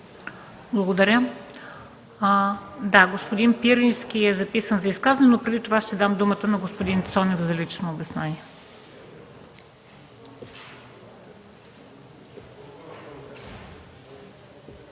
Благодаря. Господин Пирински е записан за изказване, но преди това ще дам думата на господин Цонев за лично обяснение.